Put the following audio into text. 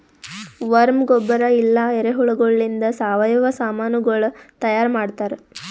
worm ಗೊಬ್ಬರ ಇಲ್ಲಾ ಎರೆಹುಳಗೊಳಿಂದ್ ಸಾವಯವ ಸಾಮನಗೊಳ್ ತೈಯಾರ್ ಮಾಡ್ತಾರ್